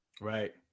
Right